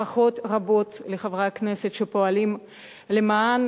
ברכות רבות לחברי הכנסת שפועלים למען